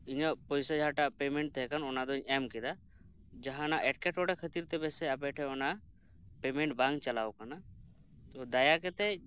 ᱤᱧᱟᱹᱜ ᱯᱚᱭᱥᱟ ᱡᱟᱦᱟᱸᱴᱟᱜ ᱯᱮᱢᱮᱸᱴ ᱛᱟᱦᱮᱸᱠᱟᱱ ᱚᱱᱟ ᱫᱚᱧ ᱮᱢ ᱠᱮᱫᱟ ᱡᱟᱦᱟᱱᱟᱜ ᱮᱴᱠᱮ ᱴᱚᱬᱮ ᱠᱷᱟᱹᱛᱤᱨ ᱛᱮ ᱯᱟᱥᱮ ᱟᱯᱮ ᱴᱷᱮᱡ ᱚᱱᱟ ᱯᱮᱢᱮᱸᱴ ᱵᱟᱝ ᱪᱟᱞᱟᱣ ᱟᱠᱟᱱᱟ ᱫᱟᱭᱟ ᱠᱟᱛᱮᱫ